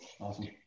Awesome